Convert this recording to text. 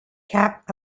kept